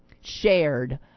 shared